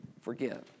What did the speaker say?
forgive